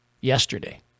yesterday